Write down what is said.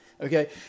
okay